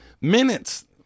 Minutes